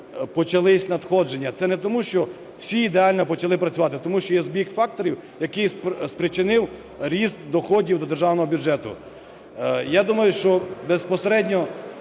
почалися надходження. Це не тому, що всі ідеально почали працювати, а тому що є збіг факторів, який спричинив ріст доходів до державного бюджету. Я думаю, що безпосередньо